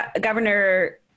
Governor